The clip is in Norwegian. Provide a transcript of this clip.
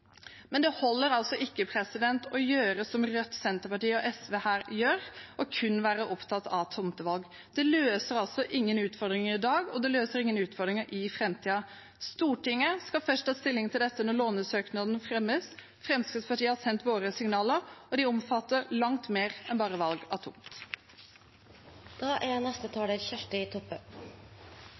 Det holder ikke å gjøre som Rødt, Senterpartiet og SV her gjør, kun være opptatt av tomtevalg. Det løser ingen utfordringer i dag, og det løser ingen utfordringer i framtiden. Stortinget skal ta stilling til dette først når lånesøknaden fremmes. Fremskrittspartiet har sendt sine signaler, og de omfatter langt mer enn bare valg av